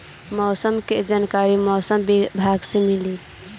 मौसम के जानकारी मौसम विभाग से मिलेला?